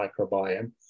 microbiome